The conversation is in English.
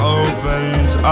opens